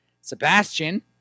Sebastian